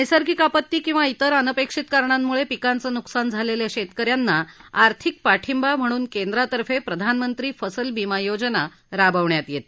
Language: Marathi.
नैर्सगिक आपत्ती किंवा तिर अनपेक्षित कारणांमुळे पिकांचं नुकसान झालेल्या शेतकऱ्यांना आर्थिक पाठिंबा म्हणून केंद्रातर्फे प्रधानमंत्री फसल बिमा योजना राबवण्यात येते